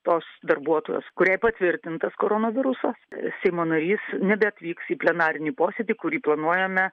tos darbuotojos kuriai patvirtintas koronavirusas seimo narys nebeatvyks į plenarinį posėdį kurį planuojame